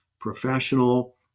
professional